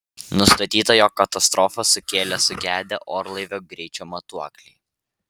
nustatyta jog katastrofą sukėlė sugedę orlaivio greičio matuokliai